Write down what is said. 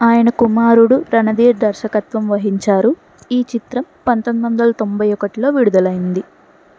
ఆయన కుమారుడు రణధీర్ దర్శకత్వం వహించారు ఈ చిత్రం పంతొమ్మిదొందల తొంబై ఒకటిలో విడుదలైంది